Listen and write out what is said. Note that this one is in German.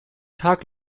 tag